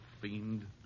fiend